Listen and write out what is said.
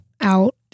out